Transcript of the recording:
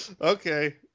Okay